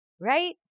Right